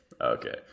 Okay